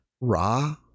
Ra